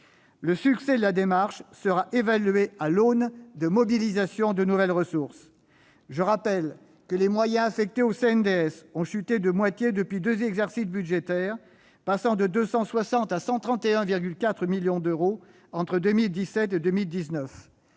Le succès de la démarche sera évalué à l'aune de la mobilisation de nouvelles ressources. Je rappelle que les moyens affectés au CNDS ont chuté de moitié depuis deux exercices budgétaires, passant de 260 millions d'euros à 131,4 millions d'euros entre 2017 et 2019.